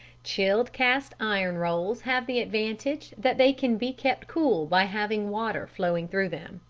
chilled cast iron rolls have the advantage that they can be kept cool by having water flowing through them.